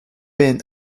ben